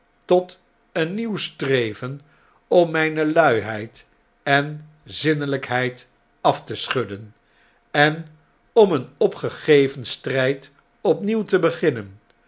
tot een nieuw streven om mn'ne luiheid en zinnelpheid af te schudden en om een opgegeven strfld opnieuw te beginnen